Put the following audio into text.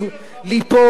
היה ערר,